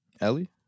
Ellie